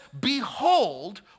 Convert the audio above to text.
behold